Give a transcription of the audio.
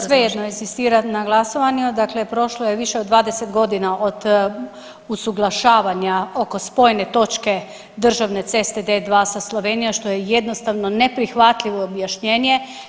Svejedno inzistiram na glasovanju, dakle prošlo je više od 20 godina od usuglašavanja oko spojne točke državne ceste D2 sa Slovenijom što je jednostavno neprihvatljivo objašnjenje.